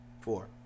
Four